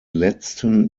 letzten